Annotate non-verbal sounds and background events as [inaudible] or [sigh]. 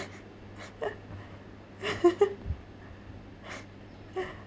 [laughs]